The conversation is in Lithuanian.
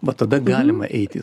vat tada galima eiti